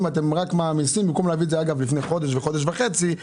אתם מעמיסים במקום להביא את זה לפני חודש-חודש וחצי.